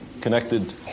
connected